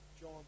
John